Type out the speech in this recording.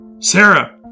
Sarah